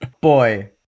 Boy